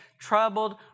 troubled